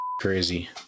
crazy